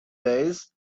days